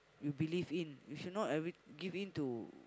you believe in you should not every give in to